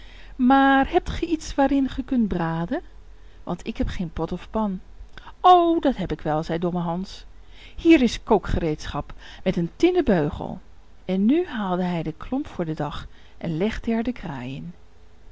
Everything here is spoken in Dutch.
maar hebt ge iets waarin ge kunt braden want ik heb geen pot of pan o dat heb ik wel zei domme hans hier is kookgereedschap met een tinnen beugel en nu haalde hij den klomp voor den dag en legde er de kraai